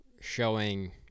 showing